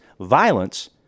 violence